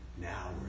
now